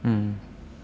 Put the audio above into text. mm